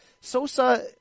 Sosa